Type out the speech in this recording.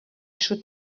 should